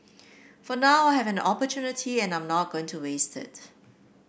for now I have an opportunity and I'm not going to waste it